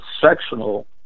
sectional